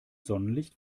sonnenlicht